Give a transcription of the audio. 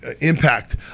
Impact